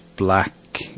Black